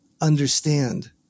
understand